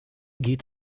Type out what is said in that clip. geht